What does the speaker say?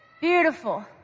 Beautiful